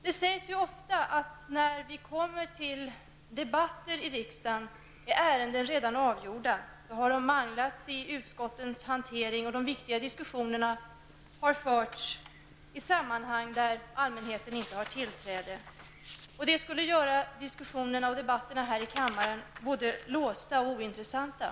Det sägs ofta att ärenden redan är avgjorda när vi går till debatt i riksdagen. De har manglats i utskottens hantering, och de viktiga diskussionerna har förts i sådana sammanhang där allmänheten inte har tillträde. Detta skulle göra diskussionerna och debatten här i kammaren både låsta och ointressanta.